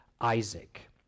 Isaac